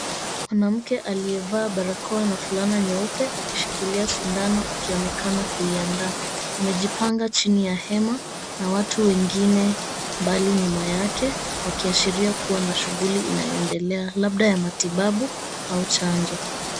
Mwanamke aliyevaa barakoa na fulana nyeupe akishikilia sindano akionekana kuiandaa, amejipanga chini ya hema na watu wengine mbali nyuma yake wakiashiria kuwa na shughuli inayoendelea labda ya matibabu au chanjo.